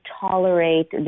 tolerate